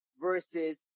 versus